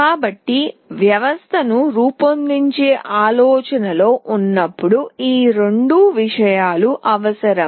కాబట్టి వ్యవస్థను రూపొందించే ఆలోచనలో ఉన్నప్పుడు ఈ రెండు విషయాలు అవసరం